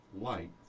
light